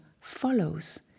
follows